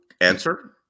answer